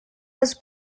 was